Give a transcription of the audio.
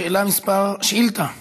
שאילתה מס'